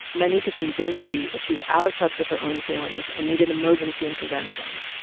my need to convince v that she's out of touch with her own feelings and needed emergency intervention.